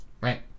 Right